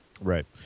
Right